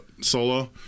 Solo